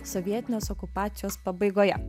sovietinės okupacijos pabaigoje